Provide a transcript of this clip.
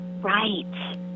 Right